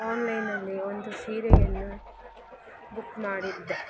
ಆನ್ಲೈನಲ್ಲಿ ಒಂದು ಸೀರೆಯನ್ನ ಬುಕ್ ಮಾಡಿದ್ದೆ